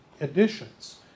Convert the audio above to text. additions